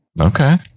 Okay